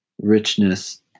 richness